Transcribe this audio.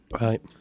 right